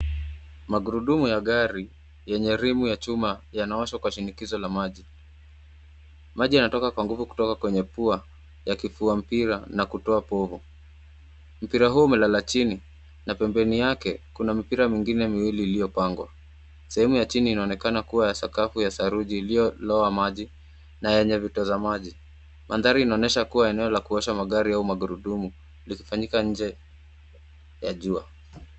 Magurudumu ya gari yenye rimu ya chuma yanaoshwa kwa shinikizo na maji. Maji yanatoka kwa nguvu kutoka kwenye pua ya kifua mpira na kutoa povu. Mpira huu umelala chini na pembeni yake kuna mipira mingine miwili iliyopangwa. Sehemu ya chini inaonekana kuwa ya sakafu ya saruji iliyoloa maji na yenye vitoza maji. Mandhari inaonyesha kuwa eneo la kuosha magari au magurudumu likifanyika nje ya jua.